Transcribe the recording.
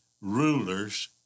rulers